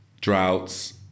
droughts